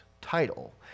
title